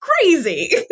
crazy